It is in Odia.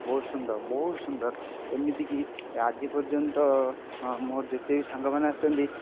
ବହୁତ ସୁନ୍ଦର ବହୁତ ସୁନ୍ଦର ଏମିତିକି ଆଜି ପର୍ଯ୍ୟନ୍ତ ମୋର ଯେତେବି ସାଙ୍ଗମାନେ ଆସିଛନ୍ତି